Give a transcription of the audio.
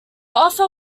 offer